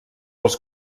els